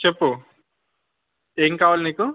చెప్పు ఏం కావాలి నీకు